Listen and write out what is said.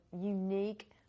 unique